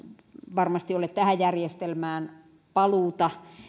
varmasti ole tähän järjestelmään paluuta